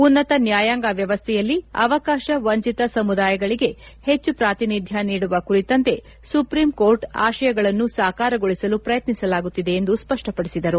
ಉನ್ನತ ನ್ನಾಯಾಂಗ ವ್ಲವಸ್ಥೆಯಲ್ಲಿ ಅವಕಾಶ ವಂಚಿತ ಸಮುದಾಯಗಳಿಗೆ ಹೆಚ್ಚು ಪ್ರಾತಿನಿಧ್ಯ ನೀಡುವ ಕುರಿತಂತೆ ಸುಪ್ರೀಂ ಕೋರ್ಟ್ ಆಶಯಗಳನ್ನು ಸಾಕಾರಗೊಳಿಸಲು ಪ್ರಯತ್ನಿಸಲಾಗುತ್ತಿದೆ ಎಂದು ಸ್ವಪ್ಲಪಡಿಸಿದರು